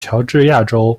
乔治亚州